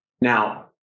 Now